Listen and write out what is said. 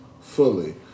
Fully